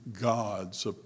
gods